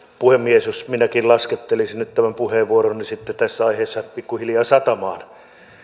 puhemies jos minäkin sitten laskettelisin nyt tämän puheenvuoroni tässä aiheessa pikkuhiljaa satamaan